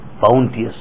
bounteous